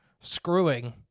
screwing